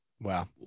Wow